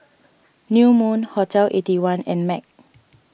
New Moon Hotel Eighty One and Mag